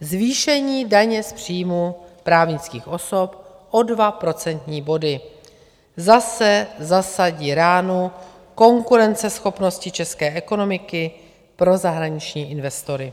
Zvýšení daně z příjmu právnických osob o 2 procentní body zase zasadí ránu konkurenceschopnosti české ekonomiky pro zahraniční investory.